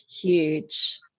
huge